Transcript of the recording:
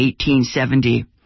1870